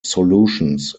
solutions